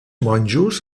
monjos